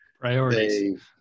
priorities